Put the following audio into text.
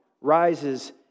rises